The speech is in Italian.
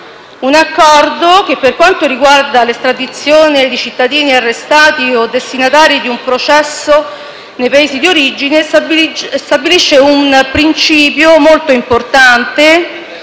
Un accordo che, per quanto riguarda l'estradizione di cittadini arrestati o destinatari di un processo nei Paesi d'origine, stabilisce un principio molto importante: